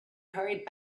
hurried